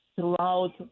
throughout